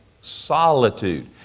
solitude